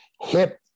hip